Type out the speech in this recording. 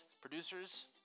producers